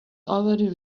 already